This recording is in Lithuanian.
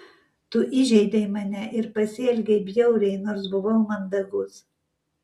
tu įžeidei mane ir pasielgei bjauriai nors buvau mandagus